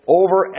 over